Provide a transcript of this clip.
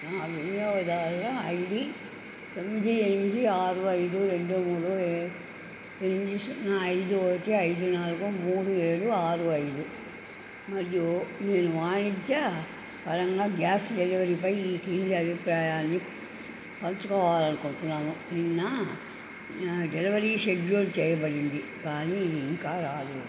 నా వినియోగదారుల ఐడి తొమ్మిది ఎనిమిది ఆరు ఐదు రెండు మూడు ఏ ఎనిమిది సున్నా ఐదు ఒకటి ఐదు నాలుగు మూడు ఏడు ఆరు ఐదు మరియు నేను వాణిజ్య పరంగా గ్యాస్ డెలివరీపై ఈ క్రింది అభిప్రాయాన్ని పంచుకోవాలనుకుంటున్నాను నిన్న డెలివరీ షెడ్యూల్ చెయ్యబడింది కానీ ఇంకా రాలేదు